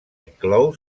inclou